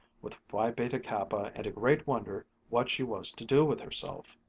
with phi beta kappa and a great wonder what she was to do with herself.